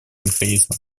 механизма